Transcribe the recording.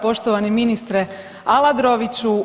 Poštovani ministre Aladroviću.